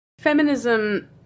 feminism